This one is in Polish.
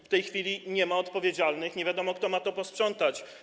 W tej chwili nie ma odpowiedzialnych, nie wiadomo, kto ma to posprzątać.